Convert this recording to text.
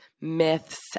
myths